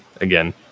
again